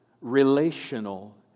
relational